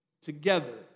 together